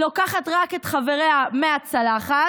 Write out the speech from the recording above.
לוקחת רק את חבריה מהצלחת,